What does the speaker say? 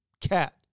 cat